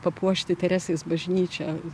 papuošti teresės bažnyčią